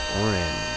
Orange